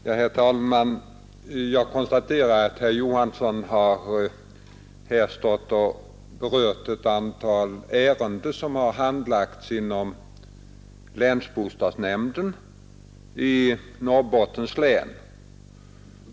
Herr talman! Jag konstaterar att herr Johansson i Holmgården har berört ett antal ärenden som har handlagts inom länsbostadsnämnden i Norrbottens län.